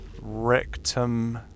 Rectum